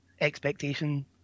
expectation